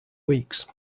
weeks